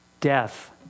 death